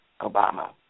Obama